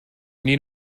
need